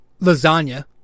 lasagna